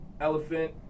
Elephant